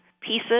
pieces